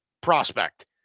prospect